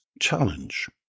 challenge